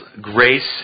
grace